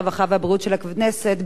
הרווחה והבריאות של הכנסת,